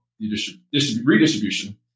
redistribution